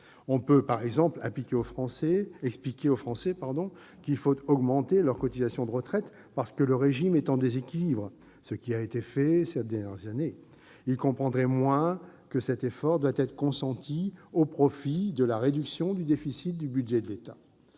On peut, par exemple, expliquer aux Français qu'il faut augmenter leurs cotisations de retraite, parce que le régime est en déséquilibre ; c'est d'ailleurs ce qui a été fait ces dernières années. Nos compatriotes comprendraient moins que cet effort doive être consenti au profit de la réduction du déficit du budget de l'État.